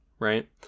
right